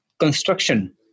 construction